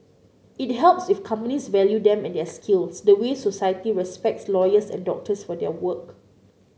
it helps if companies value them and their skills the way society respects lawyers and doctors for their work